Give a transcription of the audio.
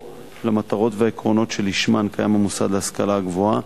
או למטרות ולעקרונות שלשמם קיים המוסד להשכלה גבוהה,